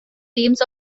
themes